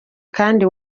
kandi